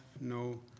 no